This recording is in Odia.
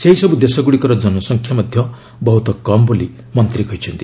ସେହିସବୁ ଦେଶଗୁଡ଼ିକର ଜନସଂଖ୍ୟା ମଧ୍ୟ ବହୁତ କମ୍ ବୋଲି ମନ୍ତ୍ରୀ କହିଛନ୍ତି